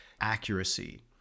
accuracy